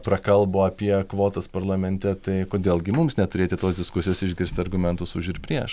prakalbo apie kvotas parlamente tai kodėl gi mums neturėti tos diskusijos išgirsti argumentus už ir prieš